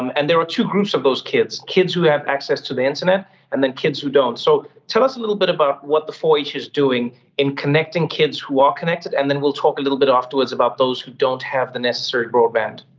um and there are two groups of those kids, kids who have access to the internet and then kids who don't. so, tell us a little bit about what the four h is doing in connecting kids who are connected and then we'll talk a little afterwards about those who don't have the necessary broadband.